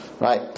right